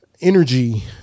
energy